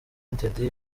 ltd